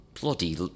bloody